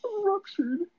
Ruptured